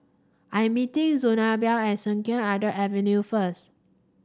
I am meeting Zenobia at Sungei Kadut Avenue first